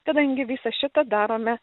kadangi visą šitą darome